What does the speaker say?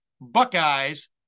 Buckeyes